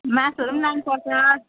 मासुहरू पनि लानुपर्छ